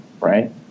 right